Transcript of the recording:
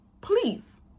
please